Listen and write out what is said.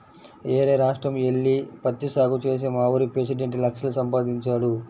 యేరే రాష్ట్రం యెల్లి పత్తి సాగు చేసి మావూరి పెసిడెంట్ లక్షలు సంపాదించాడు